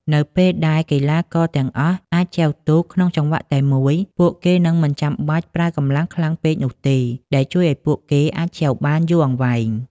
នៅពេលដែលកីឡាករទាំងអស់អាចចែវក្នុងចង្វាក់តែមួយ ពួកគេនឹងមិនចាំបាច់ប្រើកម្លាំងខ្លាំងពេកនោះទេ ដែលជួយឲ្យពួកគេអាចចែវបានយូរអង្វែង។